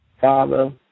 Father